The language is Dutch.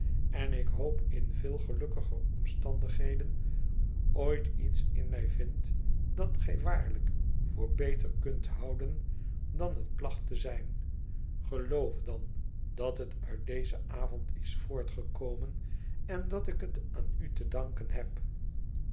en ik hoop in veel gelukkiger omstandigheden ooit iets in mij vindt dat gij waarlijk voor beter kunt houden dan het placht te zijn geloof dan dat het uit dezen avond is voortgekomen en dat ik het aan u te danken heb